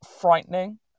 frightening